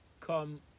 come